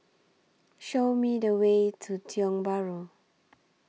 Show Me The Way to Tiong Bahru